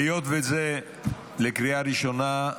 היות וזה לקריאה ראשונה,